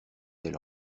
elle